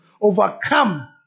Overcome